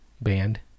band